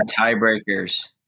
tiebreakers